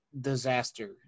disaster